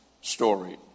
story